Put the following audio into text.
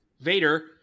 Vader